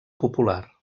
popular